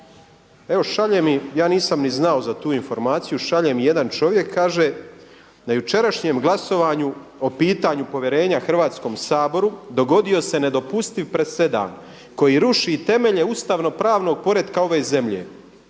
Evo šalje mi, ja nisam znao za tu informaciju, šalje mi jedan čovjek, kaže, na jučerašnjem glasovanju o pitanju povjerenja Hrvatskom saboru dogodio se nedopustiv presedan koji ruši temelje ustavnopravnog poretka ove zemlje.